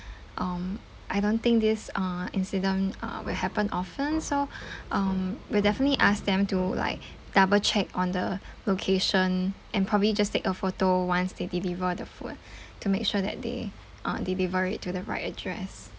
um I don't think this uh incident uh will happen often so um we'll definitely ask them to like double check on the location and probably just take a photo once they deliver the food to make sure that they uh deliver it to the right address